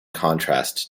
contrast